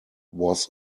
was